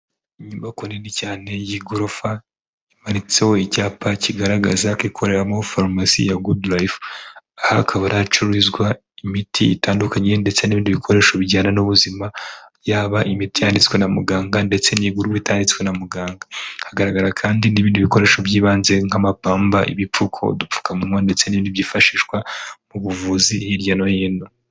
Inyubako nini cyane y'igorofa imanitseho icyapa kigaragaza ko ikoreramo farumasi ya Goodlife. Aha hakaba ari ahacururizwa imiti itandukanye ndetse n'ibindi bikoresho bijyana n'ubuzima, yaba imiti yanditswe na muganga ndetse n'igurwa itanditswe na muganga, hagaragara kandi n'ibindi bikoresho by'ibanze nk'amapamba, ibipfuko, udupfukamunwa ndetse n'ibindi byifashishwa mu buvuzi hirya no hino.